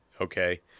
Okay